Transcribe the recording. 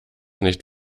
nicht